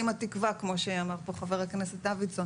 עם התקווה כמו שאמר פה חבר הכנסת דוידסון